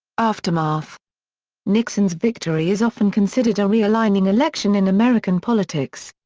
aftermath nixon's victory is often considered a realigning election in american politics.